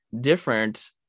different